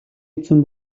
эзэн